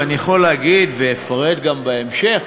ואני יכול להגיד, ואפרט גם בהמשך,